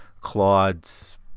Claude's